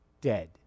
dead